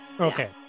Okay